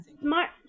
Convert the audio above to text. smart